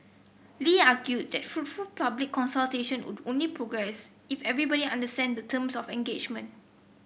Lee argued that fruitful public consultations would only progress if everybody understands the terms of engagement